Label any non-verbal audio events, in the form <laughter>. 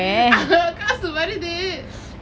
<laughs> காசு வருது:ksasu varuthu